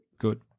Good